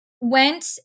went